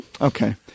Okay